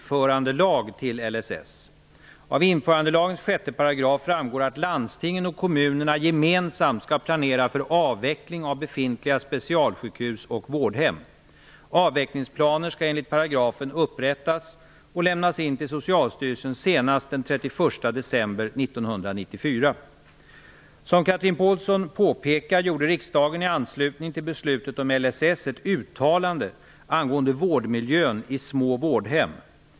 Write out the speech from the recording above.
framgår att landstingen och kommunerna gemensamt skall planera för avveckling av befintliga specialsjukhus och vårdhem. Avvecklingsplaner skall enligt paragrafen upprättas och lämnas in till Socialstyrelsen senast den 31 Som Chatrine Pålsson påpekar gjorde riksdagen i anslutning till beslutet om LSS ett uttalande angående vårdmiljön i små vårdhem.